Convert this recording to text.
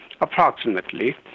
approximately